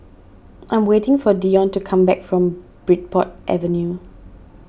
I am waiting for Deon to come back from Bridport Avenue